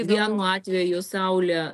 vienu atveju saulė